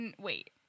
Wait